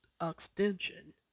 extension